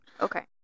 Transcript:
okay